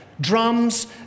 Drums